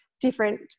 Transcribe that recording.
different